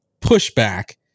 pushback